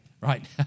right